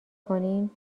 کنین